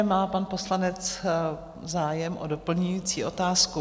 Má pan poslanec zájem o doplňující otázku?